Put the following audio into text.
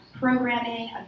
programming